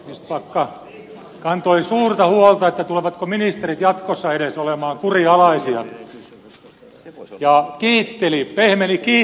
vistbacka kantoi suurta huolta siitä tulevatko ministerit jatkossa edes olemaan kurinalaisia ja kiitteli pehmeni kiittelemään hallitusta